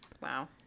Wow